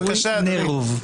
נרוב.